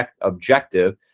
objective